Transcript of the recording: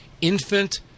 infant